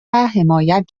حمایت